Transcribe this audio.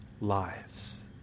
lives